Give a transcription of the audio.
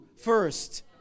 first